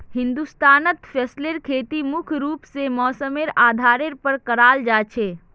हिंदुस्तानत फसलेर खेती मुख्य रूप से मौसमेर आधारेर पर कराल जा छे